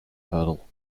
hurdle